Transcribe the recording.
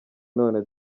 none